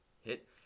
Hit